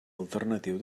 alternatiu